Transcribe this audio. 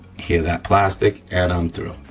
here that plastic and i'm through.